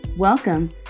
Welcome